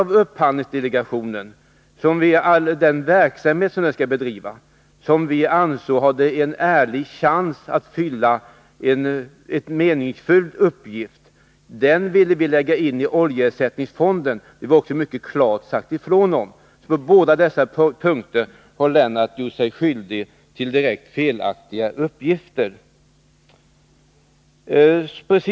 Vi ansåg att den verksamhet som upphandlingsdelegationen skall bedriva hade en ärlig chans att fylla en meningsfull uppgift, om den inordnades under oljeersättningsfonden. Detta har vi klart uttalat. På båda dessa punkter har Lennart Pettersson gjort sig skyldig till att ha lämnat direkt felaktiga uppgifter.